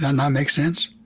not make sense?